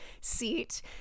seat